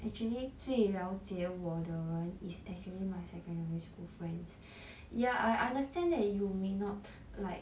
actually 最了解我的人 is actually my secondary school friends ya I understand that you may not like